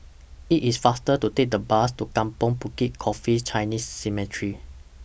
IT IS faster to Take The Bus to Kampong Bukit Coffee Chinese Cemetery